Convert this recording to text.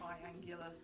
triangular